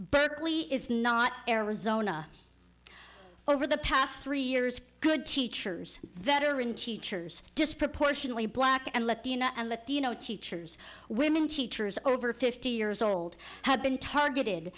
berkeley is not arizona over the past three years good teachers veteran teachers disproportionately black and latina and latino teachers women teachers over fifty years old have been targeted